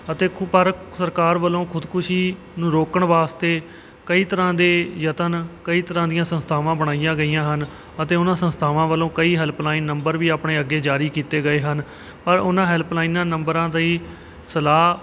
ਅਤੇ ਕੁ ਪਰ ਸਰਕਾਰ ਵੱਲੋਂ ਖੁਦਕੁਸ਼ੀ ਨੂੰ ਰੋਕਣ ਵਾਸਤੇ ਕਈ ਤਰ੍ਹਾਂ ਦੇ ਯਤਨ ਕਈ ਤਰ੍ਹਾਂ ਦੀਆਂ ਸੰਸਥਾਵਾਂ ਬਣਾਈਆਂ ਗਈਆਂ ਹਨ ਅਤੇ ਉਹਨਾਂ ਸੰਸਥਾਵਾਂ ਵੱਲੋਂ ਕਈ ਹੈਲਪਲਾਈਨ ਨੰਬਰ ਵੀ ਆਪਣੇ ਅੱਗੇ ਜਾਰੀ ਕੀਤੇ ਗਏ ਹਨ ਪਰ ਉਹਨਾਂ ਹੈਲਪਲਾਈਨਾਂ ਨੰਬਰਾਂ ਦੀ ਸਲਾਹ